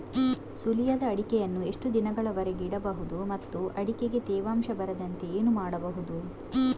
ಸುಲಿಯದ ಅಡಿಕೆಯನ್ನು ಎಷ್ಟು ದಿನಗಳವರೆಗೆ ಇಡಬಹುದು ಮತ್ತು ಅಡಿಕೆಗೆ ತೇವಾಂಶ ಬರದಂತೆ ಏನು ಮಾಡಬಹುದು?